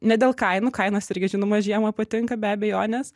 ne dėl kainų kainos irgi žinoma žiemą patinka be abejonės